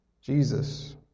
Jesus